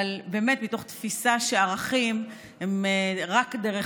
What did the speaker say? באמת מתוך תפיסה שערכים הם רק דרך